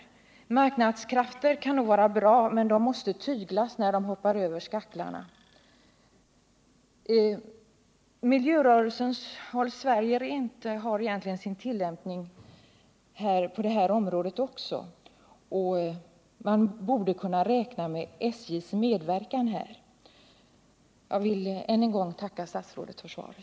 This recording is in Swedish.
Fria marknadskrafter kan nog vara bra, men de måste tyglas när man som i det här fallet hoppar över skaklarna. Miljörörelsens slogan Håll Sverige rent har egentligen sin tillämpning också på detta område, och man borde därför kunna räkna med SJ:s medverkan för att förhindra en marknadsföring av det här slaget. Jag vill än en gång tacka statsrådet för svaret.